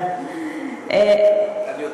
אני מצטערת.